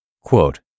Quote